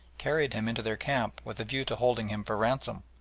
carried him into their camp with a view to holding him for ransom.